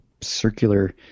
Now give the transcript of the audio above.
circular